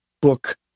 book